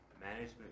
management